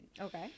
Okay